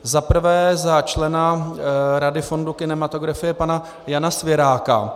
Za prvé za člena Rady fondu kinematografie pana Jana Svěráka.